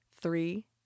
Three